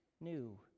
new